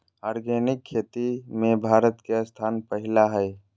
organic खेती में भारत के स्थान पहिला हइ